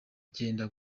byenda